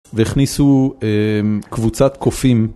והכניסו קבוצת קופים.